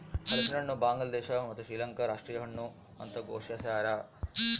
ಹಲಸಿನಹಣ್ಣು ಬಾಂಗ್ಲಾದೇಶ ಮತ್ತು ಶ್ರೀಲಂಕಾದ ರಾಷ್ಟೀಯ ಹಣ್ಣು ಅಂತ ಘೋಷಿಸ್ಯಾರ